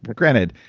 but granted,